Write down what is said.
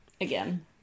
again